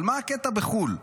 אבל מה הקטע בחו"ל?